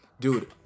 dude